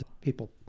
people